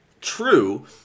True